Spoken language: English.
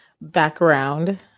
background